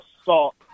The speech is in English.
assault